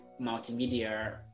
multimedia